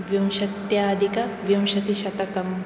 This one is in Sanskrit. विंशत्यधिकविंशतिशतकम्